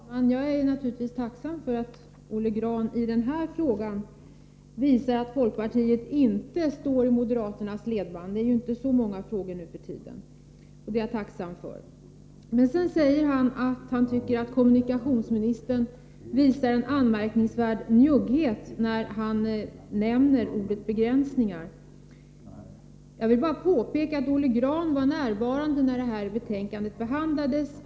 Fru talman! Jag är naturligtvis tacksam för att Olle Grahn i den här frågan visar att folkpartiet inte går i moderaternas ledband; det gäller ju inte i så många frågor nu för tiden. Sedan säger Olle Grahn emellertid att kommunikationsministern visar en anmärkningsvärd njugghet när han nämner ordet begränsningar. Jag vill bara påpeka att Olle Grahn var närvarande när det här betänkandet behandlades.